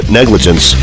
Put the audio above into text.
negligence